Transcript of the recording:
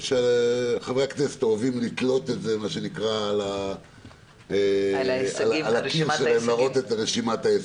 שחברי הכנסת אוהבים לתלות על קיר ההישגים.